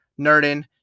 nerdin